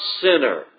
sinner